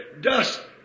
dust